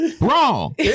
wrong